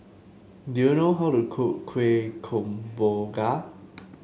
do you know how to cook Kueh Kemboja